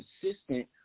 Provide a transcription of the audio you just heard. consistent